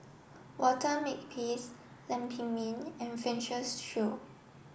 Walter Makepeace Lam Pin Min and Francis Seow